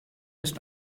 ist